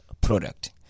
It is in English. product